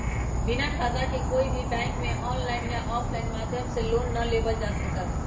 बिना खाता के कोई भी बैंक में आनलाइन या आफलाइन माध्यम से लोन ना लेबल जा सका हई